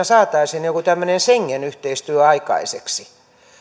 saataisiin joku tämmöinen schengen yhteistyö aikaiseksi